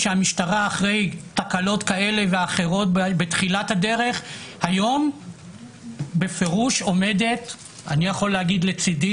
שהמשטרה אחרי תקלות כאלה ואחרות בתחילת הדרך היום בפירוש עומדת לצדי,